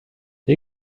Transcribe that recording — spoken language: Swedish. det